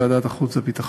ועדת החוץ והביטחון.